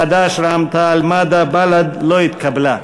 חד"ש, רע"ם-תע"ל-מד"ע ובל"ד לא התקבלה.